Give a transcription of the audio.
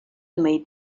made